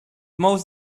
most